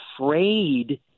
afraid